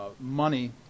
money